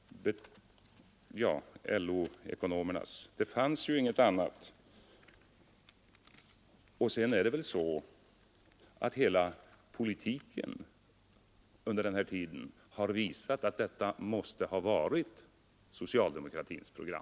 Ja, det var ju LO-ekonomernas, men det fanns alltså inget annat. Sedan är det väl så att hela politiken den här tiden visat att det måste ha varit socialdemokratins program.